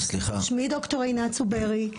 שמי ד"ר עינת צוברי.